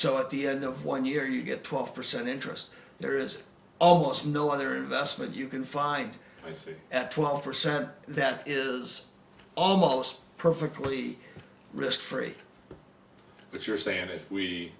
so at the end of one year you get twelve percent interest there is almost no other vestment you can find i see at twelve percent that is almost perfectly risk free but you're saying if we